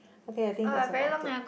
okay I think that's about it